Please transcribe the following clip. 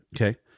okay